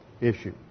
issue